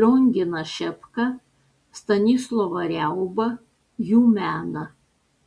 lionginą šepką stanislovą riaubą jų meną